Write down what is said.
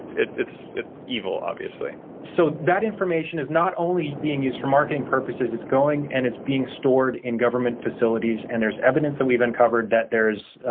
it's it's evil obviously. josh so, that information is not only being used for marketing purposes, it's going and it's being stored in government facilities. and there's evidence that we've uncovered that there's,